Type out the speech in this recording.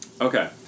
Okay